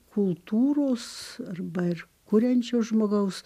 kultūros arba ir kuriančio žmogaus